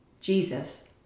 Jesus